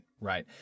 right